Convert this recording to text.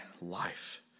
life